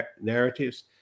narratives